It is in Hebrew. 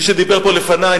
מי שדיבר פה לפני,